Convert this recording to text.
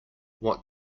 what